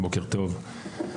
בוקר טוב.